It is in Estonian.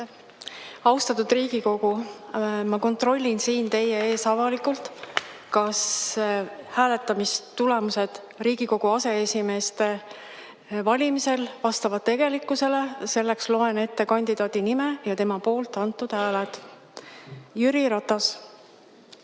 Austatud Riigikogu, ma kontrollin siin teie ees avalikult, kas hääletamistulemused Riigikogu aseesimeeste valimisel vastavad tegelikkusele. Selleks loen ette kandidaadi nime ja tema poolt antud hääled. Jüri Ratas: